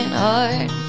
heart